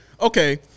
okay